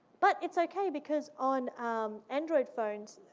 but it's okay, because on um android phones,